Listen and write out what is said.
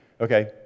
okay